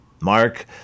Mark